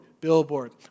billboard